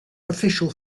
official